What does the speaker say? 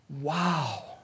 wow